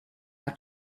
out